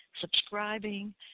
subscribing